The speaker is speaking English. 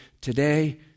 Today